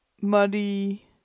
muddy